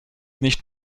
nicht